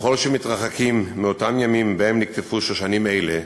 וככל שמתרחקים מאותם ימים שבהם נקטפו שושנים אלה,